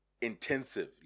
intensive